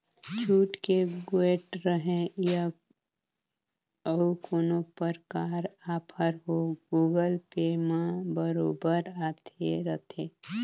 छुट के गोयठ रहें या अउ कोनो परकार आफर हो गुगल पे म बरोबर आते रथे